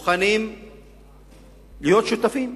אנחנו מוכנים להיות שותפים,